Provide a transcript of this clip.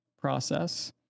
process